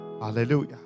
Hallelujah